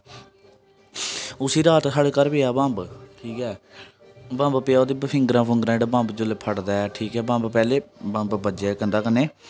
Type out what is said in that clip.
उसी रात साढ़े घर पेआ बम्ब ठीक ऐ बम्ब पेआ ते ओह्दी फिंगरा फूंगरां जेह्ड़ा बम्ब जोल्लै फटदा ऐ ठीक ऐ बम्ब पैह्लें बम्ब ब'ज्जेआ कन्धा कन्नै